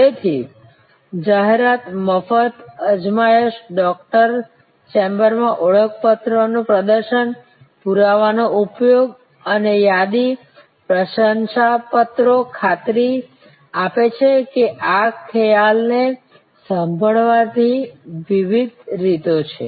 તેથી જાહેરાત મફત અજમાયશ ડૉક્ટર ચેમ્બરમાં ઓળખપત્રોનું પ્રદર્શન પુરાવાનો ઉપયોગ અને યાદી પ્રશંસાપત્રો ખાતરી આપે છે કે આ ખ્યાલને સંભાળવાની વિવિધ રીતો છે